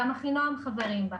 גם אחינועם חברים בה,